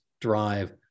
drive